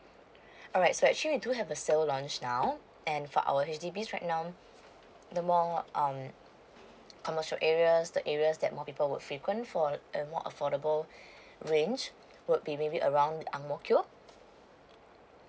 alright so actually we do have a sales launch down and for our H_D_B right now um the more um commercial areas the areas that more people would frequent for the more affordable range would be maybe around ang mo kio